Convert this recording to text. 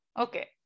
Okay